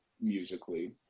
musically